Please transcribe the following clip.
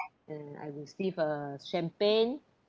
and I received a champagne